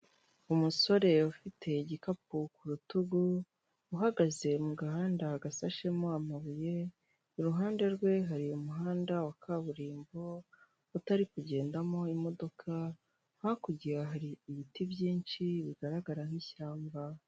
Umusore ufite igikapu ku rutugu uhagaze mu gahanda gasashemo amabuye iruhande rwe hari umuhanda wa kaburimbo utari kugendamo imodoka hakurya hari ibiti byinshi bigaragara nk'ishyamba.